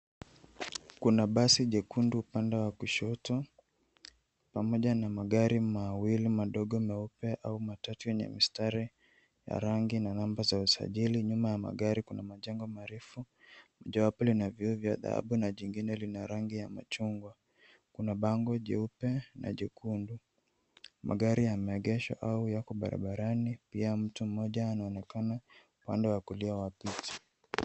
Kuna basi jekundu upande wa kushoto pamoja na magari mawili madogo meupe au matatu yenye mistari ya rangi na namba za usajili. Nyuma ya magari kuna majengo marefu. Mojawapo lina vioo vya dhahabu, jingine lina rangi ya machungwa. Kuna bango jeupe na jekundu. Magari yameegeshwa au yako barabarani, pia mtu mmoja anaonekana upande wa kulia wa picha.